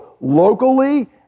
locally